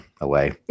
away